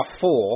four